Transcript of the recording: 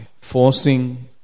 forcing